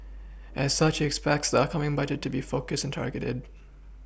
as such he expects the upcoming budget to be focused and targeted